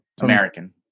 american